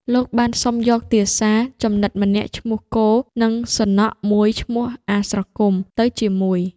លោកបានសុំយកទាសាជំនិតម្នាក់ឈ្មោះ គោ និងសុនខមួយឈ្មោះ អាស្រគំ ទៅជាមួយ។